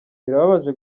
birababaje